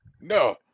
No